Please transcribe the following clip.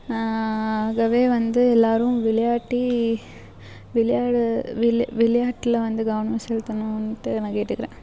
ஆகவே வந்து எல்லோரும் விளையாட்டு விளையாடு விளையாட்டில் வந்து கவனம் செலுத்தணும்ன்ட்டு நான் கேட்டுக்கிறேன்